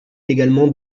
également